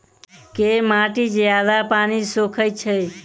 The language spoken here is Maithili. केँ माटि जियादा पानि सोखय छै?